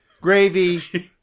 gravy